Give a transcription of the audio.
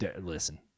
Listen